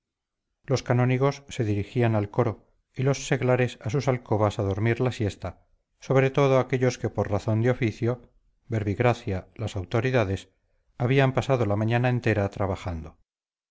los canónigos se dirigían al coro y los seglares a sus alcobas a dormir la siesta sobre todo aquellos que por razón de oficio por ejemplo las autoridades habían pasado la mañana entera trabajando